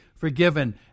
Forgiven